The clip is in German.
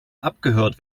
abgehört